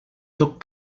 tot